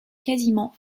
quasiment